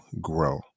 grow